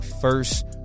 first